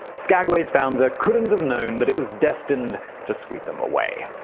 skagway's founder couldn't have known that it was destined to sweep him away.